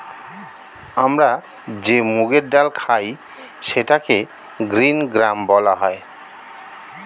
আমরা যে মুগের ডাল খাই সেটাকে গ্রীন গ্রাম বলা হয়